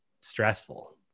stressful